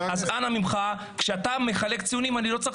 אז כשאתה מחלק ציונים אני לא צריך